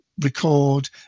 record